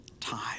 time